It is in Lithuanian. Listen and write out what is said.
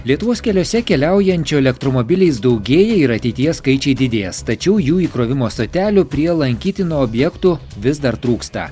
lietuvos keliuose keliaujančių elektromobiliais daugėja ir ateityje skaičiai didės tačiau jų įkrovimo stotelių prie lankytinų objektų vis dar trūksta